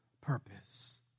purpose